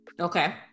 Okay